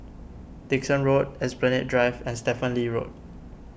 Dickson Road Esplanade Drive and Stephen Lee Road